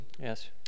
Yes